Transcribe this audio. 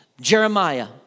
Jeremiah